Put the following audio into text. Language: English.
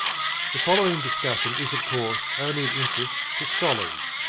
the following discussion is of course only of interest to scholars.